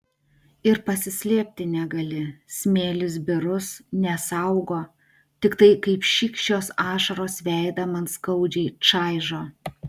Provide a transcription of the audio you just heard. ir pasislėpti negali smėlis birus nesaugo tiktai kaip šykščios ašaros veidą man skaudžiai čaižo